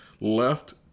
left